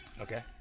Okay